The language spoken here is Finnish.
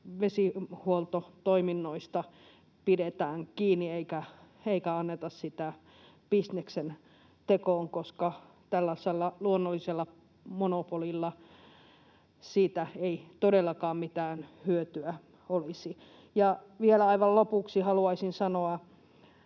vesihuoltotoiminnoista, pidetään kiinni eikä anneta sitä bisneksen tekoon, koska tällaisella luonnollisella monopolilla siitä ei todellakaan mitään hyötyä olisi. Ja vielä aivan lopuksi haluaisin sanoa,